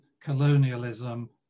colonialism